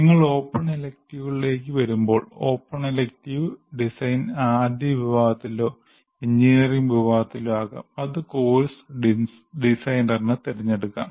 നിങ്ങൾ ഓപ്പൺ എലക്ടീവുകളിലേക്ക് വരുമ്പോൾ ഓപ്പൺ എലക്ടീവ് ഡിസൈൻ ആദ്യ വിഭാഗത്തിലോ എഞ്ചിനീയറിംഗ് വിഭാഗത്തിലോ ആകാം അത് കോഴ്സ് ഡിസൈനറിന് തിരഞ്ഞെടുക്കാം